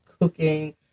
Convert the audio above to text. cooking